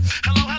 Hello